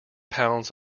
pounds